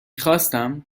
خواستم